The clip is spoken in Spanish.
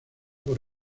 por